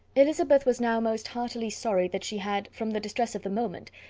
elizabeth was now most heartily sorry that she had, from the distress of the moment,